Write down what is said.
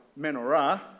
menorah